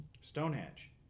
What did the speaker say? Stonehenge